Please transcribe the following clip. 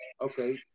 Okay